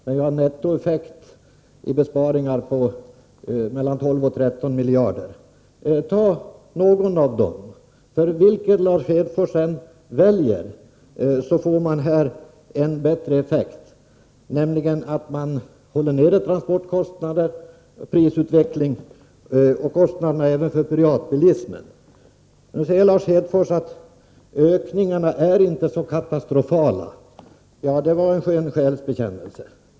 Det blir en nettoeffekt i besparingar på mellan 12 och 13 miljarder. Ta något av detta, för vad Lars Hedfors än väljer, så blir det en bättre effekt, nämligen att transportkostnaderna hålls nere, liksom kostnaderna för privatbilismen, och prisutvecklingen bromsas. Vidare säger Lars Hedfors att ökningarna inte är så katastrofala för det här landet. Ja, det var en skön själs bekännelse!